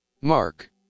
Mark